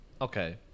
Okay